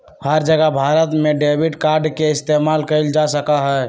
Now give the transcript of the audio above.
हर जगह भारत में debit card के इस्तेमाल कइल जा सका हई